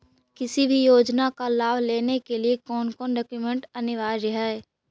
किसी भी योजना का लाभ लेने के लिए कोन कोन डॉक्यूमेंट अनिवार्य है?